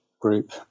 group